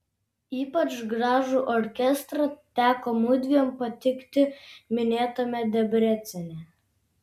ypač gražų orkestrą teko mudviem patikti minėtame debrecene